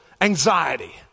anxiety